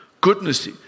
goodness